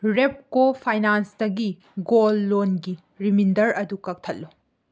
ꯔꯦꯞꯀꯣ ꯐꯥꯏꯅꯥꯏꯟꯁꯇꯒꯤ ꯒꯣꯜ ꯂꯣꯟꯒꯤ ꯔꯤꯃꯦꯟꯗꯔ ꯑꯗꯨ ꯀꯛꯊꯠꯂꯨ